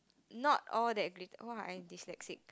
not all that glitter !wah! I'm dyslexic